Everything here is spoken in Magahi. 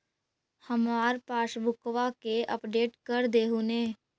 हमार पासबुकवा के अपडेट कर देहु ने?